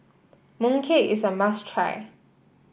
mooncake is a must try